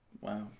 Wow